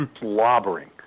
slobbering